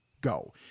go